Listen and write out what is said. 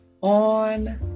on